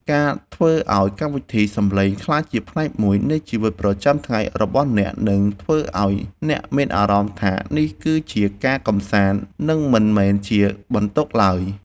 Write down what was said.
ការធ្វើឱ្យកម្មវិធីសំឡេងក្លាយជាផ្នែកមួយនៃជីវិតប្រចាំថ្ងៃរបស់អ្នកនឹងធ្វើឱ្យអ្នកមានអារម្មណ៍ថានេះគឺជាការកម្សាន្ត និងមិនមែនជាបន្ទុកឡើយ។